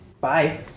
Bye